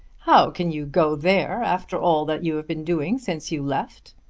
how can you go there after all that you have been doing since you left?